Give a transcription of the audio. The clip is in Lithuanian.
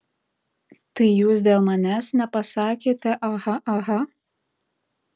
tai jūs dėl manęs nepasakėte aha aha